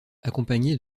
accompagnée